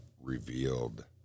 revealed